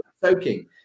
soaking